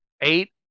eight